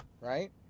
right